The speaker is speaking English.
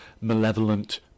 malevolent